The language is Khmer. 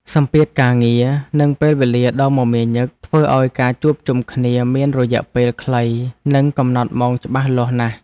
សម្ពាធការងារ និងពេលវេលាដ៏មមាញឹកធ្វើឱ្យការជួបជុំគ្នាមានរយៈពេលខ្លីនិងកំណត់ម៉ោងច្បាស់លាស់ណាស់។